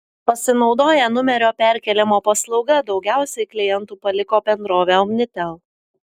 pasinaudoję numerio perkėlimo paslauga daugiausiai klientų paliko bendrovę omnitel